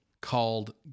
called